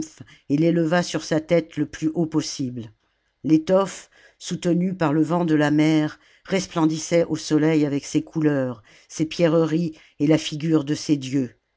et l'éleva sur sa tête le plus haut possible i i o salammbo l'étoffe soutenue par le vent de la mer resplendissait au soleil avec ses couleurs ses pierreries et la figure de ses dieux